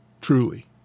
Truly